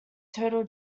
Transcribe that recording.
total